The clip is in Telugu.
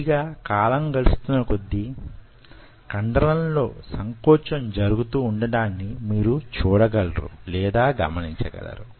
కొద్దిగా కాలం గడుస్తున్న కొద్దీ కండరంలో సంకోచం జరుగుతూ ఉండడాన్ని మీరు చూడగలరు